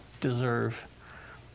deserve